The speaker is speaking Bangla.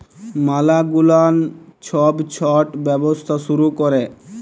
ম্যালা গুলান ছব ছট ব্যবসা শুরু ক্যরে